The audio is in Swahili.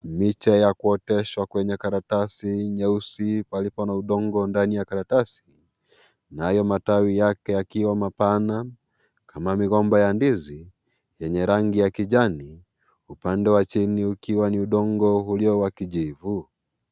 Picha ya kuoteshwa kwenye karatasi nyeusi palipo na udongo ndani ya karatasi, nayo matawi yake yakiwa mapana kama migomba ya ndizi yenye rangi ya kijani. Upande wa chini ukiwa ni udongo ulio wa kijivu.